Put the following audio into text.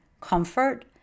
comfort